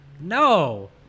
No